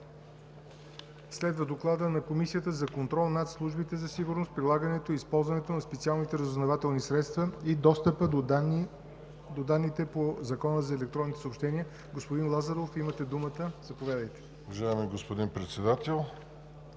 Следва Доклад на Комисията за контрол над службите за сигурност, прилагането и използването на специалните разузнавателни средства и достъпа до данните по Закона за електронните съобщения. Господин Лазаров, имате думата. ДОКЛАДЧИК ДИМИТЪР ЛАЗАРОВ: Уважаеми господин Председател!